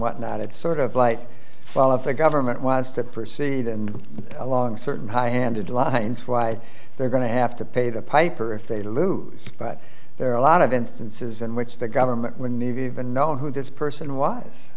whatnot it's sort of like well if the government wants to proceed and along certain highhanded lines why they're going to have to pay the piper if they lose but there are a lot of instances in which the government when you've even known who this person w